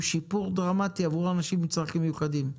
שיפור דרמטי עבור אנשים עם צרכים מיוחדים.